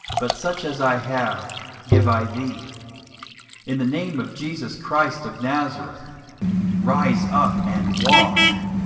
but such as i have give i thee in the name of jesus christ of nazareth rise up and walk.